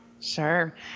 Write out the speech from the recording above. Sure